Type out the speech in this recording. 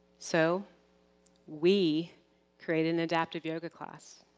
so we created an adaptive yoga class.